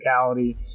physicality